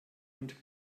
und